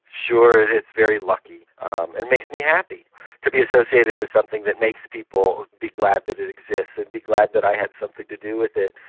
sure, it's very lucky, and um it makes me happy to be associated with something that makes people be glad that it exists and be glad that i had something to do with it.